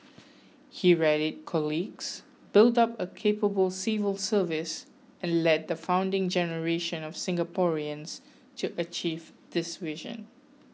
he rallied colleagues built up a capable civil service and led the founding generation of Singaporeans to achieve this vision